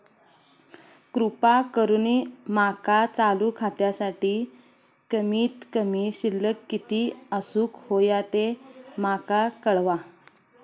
कृपा करून माका चालू खात्यासाठी कमित कमी शिल्लक किती असूक होया ते माका कळवा